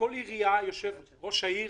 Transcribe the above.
בכל עירייה יושב-ראש העיר